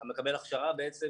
אתה מקבל הכשרה בעצם